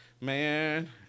man